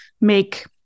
make